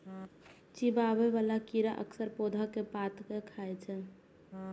चिबाबै बला कीड़ा अक्सर पौधा के पात कें खाय छै